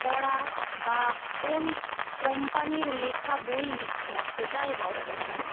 পড়া বা কোন কোম্পানির লেখা বই নিচ্ছি সেটাই বড়ো কথা